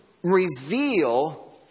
reveal